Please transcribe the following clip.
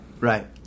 Right